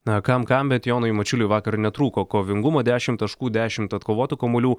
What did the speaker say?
na kam kam bet jonui mačiuliui vakar netrūko kovingumo dešimt taškų dešimt atkovotų kamuolių